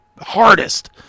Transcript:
hardest